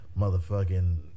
motherfucking